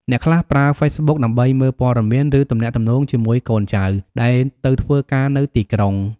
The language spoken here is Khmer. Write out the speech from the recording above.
អ្នកខ្លះប្រើ ហ្វេសប៊ុក ដើម្បីមើលព័ត៌មាន ឬទំនាក់ទំនងជាមួយកូនចៅដែលទៅធ្វើការនៅទីក្រុង។